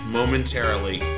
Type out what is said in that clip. momentarily